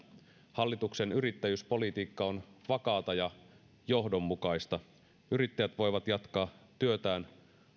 hallituksen yrittäjyyspolitiikka on vakaata ja johdonmukaista yrittäjät voivat jatkaa työtään